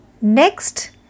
Next